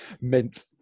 Mint